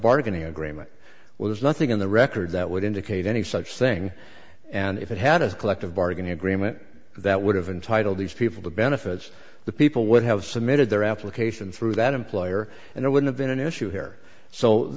bargaining agreement well there's nothing in the record that would indicate any such thing and if it had a collective bargaining agreement that would have entitle these people to benefits the people would have submitted their application through that employer and it would have been an issue here so